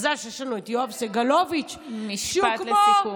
מזל שיש לנו את יואב סגלוביץ' משפט לסיכום.